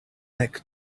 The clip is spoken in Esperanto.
nek